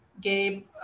Gabe